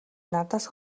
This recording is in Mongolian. надаас